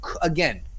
again